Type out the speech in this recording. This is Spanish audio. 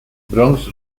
bronx